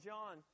John